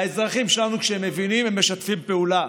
האזרחים שלנו, כשהם מבינים, הם משתפים פעולה.